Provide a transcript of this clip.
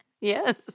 Yes